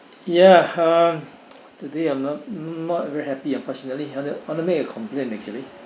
ya uh today I'm not not very happy unfortunately want to I want to make a complaint actually